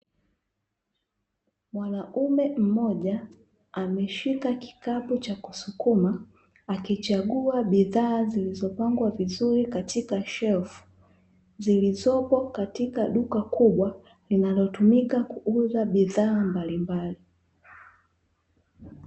Mwanaume mmoja ameshika kikapu cha kusukuma, akichagua bidhaa zilizopangwa vizuri katika shelfu, zilizopo katika duka kubwa linalotumika kuuza bidhaa mbalimbali.